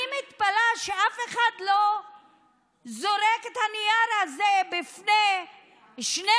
אני מתפלאת שאף אחד לא זורק את הנייר הזה בפני שני